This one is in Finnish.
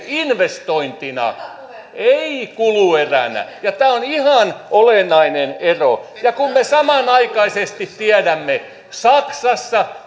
investointina eivät kulueränä tämä on ihan olennainen ero ja kun me samanaikaisesti tiedämme että saksassa